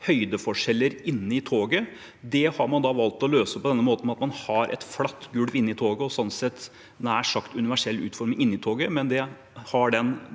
høydeforskjeller inne i toget. Det har man valgt å løse på den måten at man har et flatt gulv inne i toget og sånn sett, nær sagt, universell utforming inni toget, men det har den